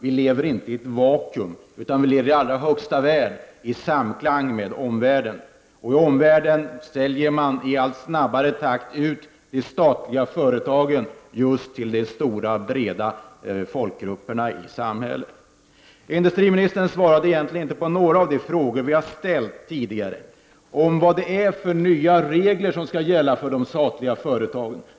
Vi lever inte i ett vakuum, utan vi lever i allra högsta grad i samklang med omvärlden. I omvärlden säljer man i allt snabbare takt ut de statliga företagen till just de stora breda folkgrupperna i samhället. Industriministern svarade egentligen inte på några av de frågor som vi har ställt tidigare när det gäller vilka nya regler det är som skall gälla för de statliga företagen.